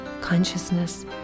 consciousness